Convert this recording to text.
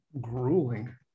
Grueling